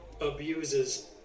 abuses